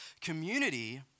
community